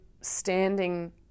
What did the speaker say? standing